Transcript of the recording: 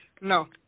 no